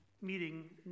meeting